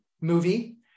movie